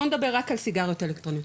בוא נדבר רק על סיגריות אלקטרוניות,